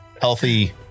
healthy